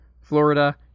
Florida